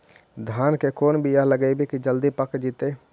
धान के कोन बियाह लगइबै की जल्दी पक जितै?